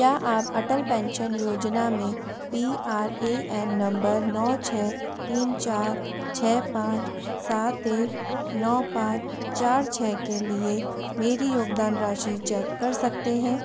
क्या आप अटल पेंशन योजना में P R A N number नौ छः तीन चार छः पाँच सात एक नौ पाँच चार छः के लिए मेरी योगदान राशि चेक कर सकते हैं